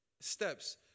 steps